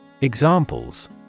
Examples